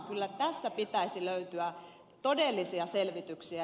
kyllä tässä pitäisi löytyä todellisia selvityksiä